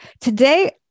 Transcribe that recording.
Today